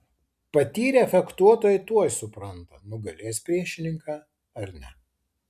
patyrę fechtuotojai tuoj supranta nugalės priešininką ar ne